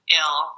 ill